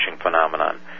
phenomenon